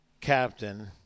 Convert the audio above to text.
captain